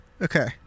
okay